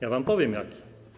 Ja wam powiem jaki.